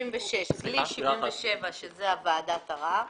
76 בלי סעיף 77 שמדבר על ועדת ערר